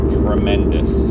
tremendous